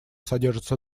содержится